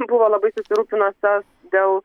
buvo labai susirūpinusios dėl